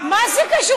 מה זה קשור?